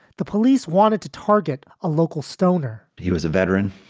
the police wanted to target a local stoner he was a veteran.